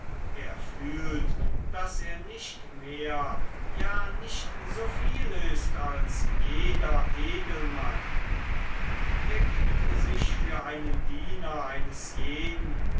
er fühlt daß er nicht mehr ja nicht so viel ist als jeder edelmann er gibt sich für einen diener eines jeden